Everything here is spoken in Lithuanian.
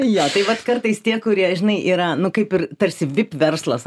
jo tai vat kartais tie kurie žinai yra nu kaip ir tarsi vip verslas